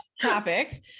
topic